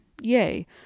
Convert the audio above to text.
Yay